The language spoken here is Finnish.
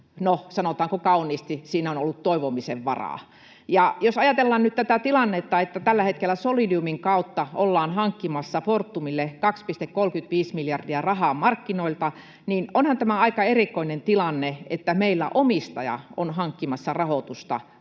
sanotaanko kauniisti: siinä on ollut toivomisen varaa. Ja jos ajatellaan nyt tätä tilannetta, että tällä hetkellä Solidiumin kautta ollaan hankkimassa Fortumille 2,35 miljardia rahaa markkinoilta, niin onhan tämä aika erikoinen tilanne, että meillä omistaja on hankkimassa rahoitusta tälle